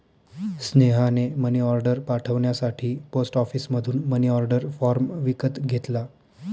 स्नेहाने मनीऑर्डर पाठवण्यासाठी पोस्ट ऑफिसमधून मनीऑर्डर फॉर्म विकत घेतला